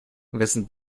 wessen